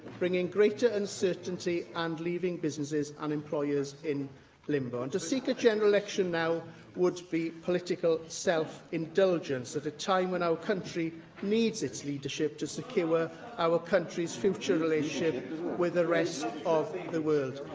bringing greater uncertainty and leaving businesses and employers in limbo. and to seek a general election now would be political self-indulgence at a time when our country needs its leadership to secure our country's future relationship with the rest of the world.